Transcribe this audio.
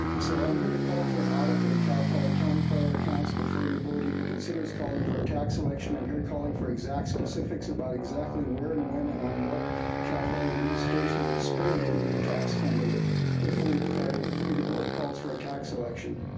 so i'm here to call for an audit for the cal fire county fire accounts before your board even considers calling for a tax election. i'm here calling for exact specifics about exactly where and when and on what cal fire administration would spend any new tax funding before your but board calls for a tax election.